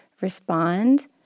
respond